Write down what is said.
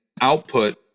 output